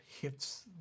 hits